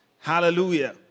Hallelujah